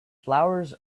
flowers